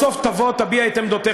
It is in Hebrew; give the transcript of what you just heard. בסוף תבוא, תביע את עמדותיך.